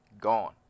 gone